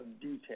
detail